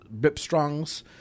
BIPSTRONGS